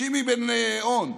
שימי בראון,